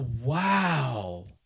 wow